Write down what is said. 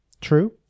True